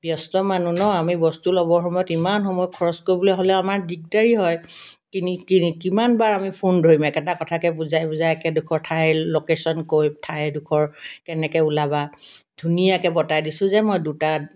ব্যস্ত মানুহ ন আমি বস্তু ল'বৰ সময়ত ইমান সময় খৰচ কৰিবলৈ হ'লে আমাৰ দিগদাৰি হয় তিনি তিনি কিমানবাৰ আমি ফোন ধৰিম একেটা কথাকে বুজাই বজাই একেডোখৰ ঠাই লোকেশ্য়ন কৈ ঠাইডোখৰ কেনেকৈ ওলাবা ধুনীয়াকৈ বতাই দিছোঁ যে মই দুটা